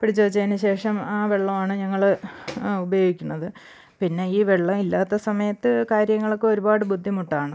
പിടിച്ച് വെച്ചതിന് ശേഷം ആ വെള്ളമാണ് ഞങ്ങൾ ഉപയോഗിക്കുന്നത് പിന്നെ ഈ വെള്ളം ഇല്ലാത്ത സമയത്ത് കാര്യങ്ങളൊക്ക ഒരുപാട് ബുദ്ധിമുട്ടാണ്